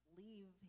leave